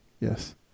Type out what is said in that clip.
Yes